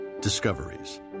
discoveries